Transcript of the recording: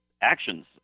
actions